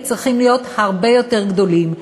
והסכומים צריכים להיות הרבה יותר גדולים,